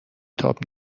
تاب